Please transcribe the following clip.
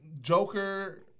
Joker